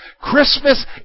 Christmas